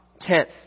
tenth